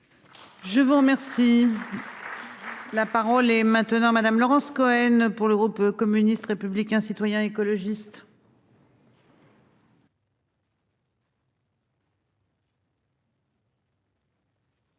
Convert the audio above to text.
Je vous remercie. La parole est maintenant madame Laurence Cohen pour le groupe communiste, républicain, citoyen et écologiste.